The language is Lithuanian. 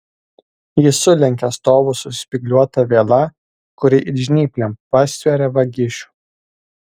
ji sulenkia stovus su spygliuota viela kuri it žnyplėm pastveria vagišių